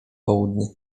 południe